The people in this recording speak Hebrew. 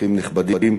אורחים נכבדים,